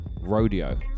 Rodeo